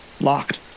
locked